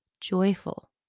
joyful